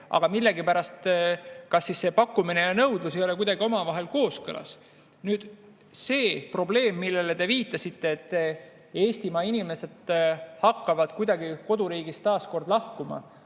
aga millegipärast ei ole pakkumine ja nõudlus kuidagi omavahel kooskõlas. See probleem, millele te viitasite, et Eestimaa inimesed hakkavad koduriigist taas lahkuma